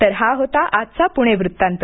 तर हा होता आजचा पुणे वृत्तांत